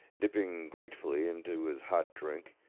dipping gratefully into his hot drink.